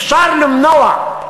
אפשר למנוע,